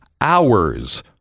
hours